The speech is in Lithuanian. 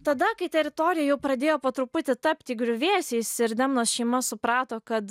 tada kai teritorija jau pradėjo po truputį tapti griuvėsiais ir demnos šeima suprato kad